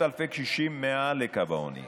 שם, גם בפינה שם.